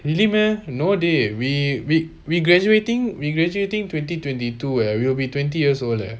really meh no day we we we graduating ingratiating twenty twenty two where will be twenty years older